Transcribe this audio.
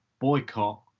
boycott